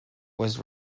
was